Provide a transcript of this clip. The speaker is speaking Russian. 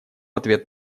ответ